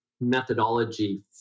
methodology